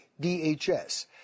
DHS